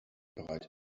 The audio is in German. breit